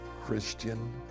Christian